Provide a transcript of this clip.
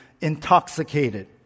intoxicated